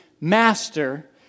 master